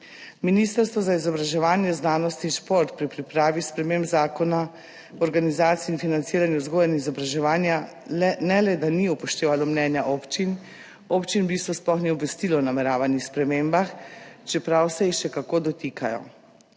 Ministrstvo za izobraževanje, znanost in šport pri pripravi sprememb Zakona o organizaciji in financiranju vzgoje in izobraževanja ne le, da ni upoštevalo mnenja občin, občin v bistvu sploh ni obvestilo o nameravanih spremembah, čeprav se jih še kako dotikajo.